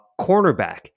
Cornerback